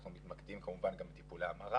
אנחנו מתמקדים כמובן גם בטיפולי המרה